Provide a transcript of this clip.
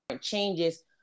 changes